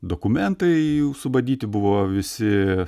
dokumentai jų subadyti buvo visi